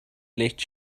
let